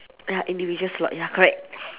ya individual slot ya correct